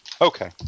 Okay